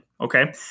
okay